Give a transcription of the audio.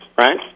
right